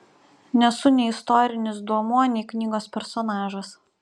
nesu nei istorinis duomuo nei knygos personažas